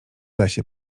lesie